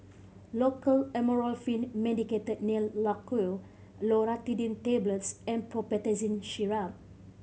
Loceryl Amorolfine Medicated Nail Lacquer Loratadine Tablets and Promethazine Syrup